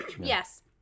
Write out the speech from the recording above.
Yes